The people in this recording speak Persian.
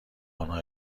آنها